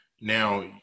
Now